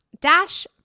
Dash